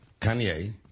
Kanye